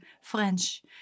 French